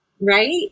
right